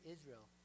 Israel